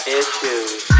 issues